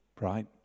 right